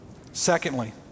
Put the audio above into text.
Secondly